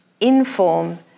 inform